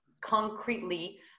concretely